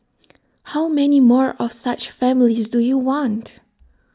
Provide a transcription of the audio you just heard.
how many more of such families do you want